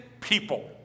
people